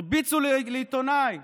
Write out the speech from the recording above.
הרביצו לעיתונאי,